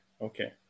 Okay